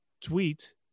tweet